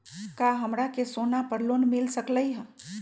का हमरा के सोना पर लोन मिल सकलई ह?